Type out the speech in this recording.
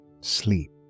sleep